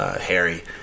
Harry